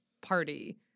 party